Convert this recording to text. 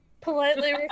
politely